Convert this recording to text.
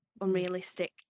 unrealistic